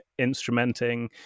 instrumenting